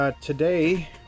Today